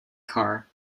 car